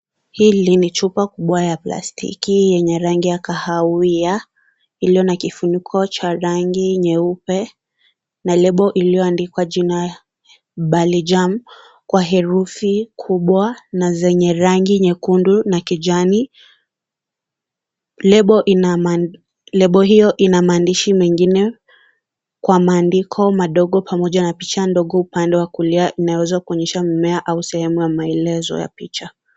Hili ni chupa kubwa ya plastiki yenye rangi ya kahawia iliyo na kifuniko cha rangi nyeupe na lebo iliyoandikwa jina Balijaam kwa herufi kubwa na zenye rangi nyekundu na kijani. Lebo hiyo ina maandishi mengine kwa maandiko madogo pamoja na picha ndogo upande wa kulia inayoweza kuonyesha mmea au sehemu ya maelezo ya picha.